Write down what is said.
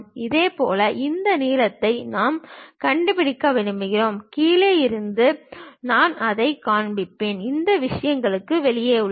இதேபோல் இந்த நீளத்தை நான் கண்டுபிடிக்க விரும்புகிறேன் கீழே இருந்து நான் அதைக் காண்பிப்பேன் இவை விஷயங்களுக்கு வெளியே உள்ளன